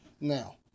now